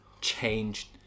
changed